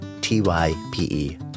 t-y-p-e